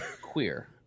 Queer